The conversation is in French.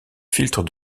filtre